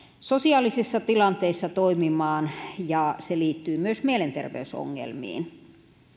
sosiaalisissa tilanteissa toimimaan ja se liittyy myös mielenterveysongelmiin